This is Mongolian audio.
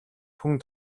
хүн